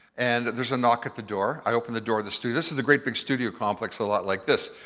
and there's a knock at the door, i open the door to the studio. this is a great big studio complex a lot like this.